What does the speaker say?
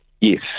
Yes